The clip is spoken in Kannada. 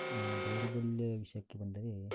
ದೌರ್ಬಲ್ಯ ವಿಷಯಕ್ಕೆ ಬಂದರೆ